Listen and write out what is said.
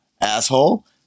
Asshole